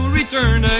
return